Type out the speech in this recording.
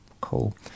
Cool